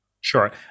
Sure